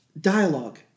dialogue